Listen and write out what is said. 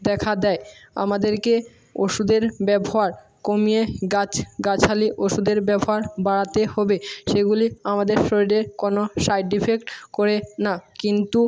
দেখা দেয় আমাদেরকে ওষুদের ব্যবহার কমিয়ে গাছ গাছালি ওষুধের ব্যবহার বাড়াতে হবে সেগুলি আমাদের শরীরের কোনো সাইড এফেক্ট করে না কিন্তু